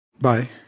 bye